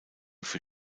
für